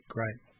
Great